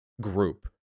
group